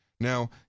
Now